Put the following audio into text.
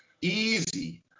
Easy